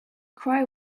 cry